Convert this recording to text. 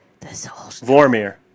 Vormir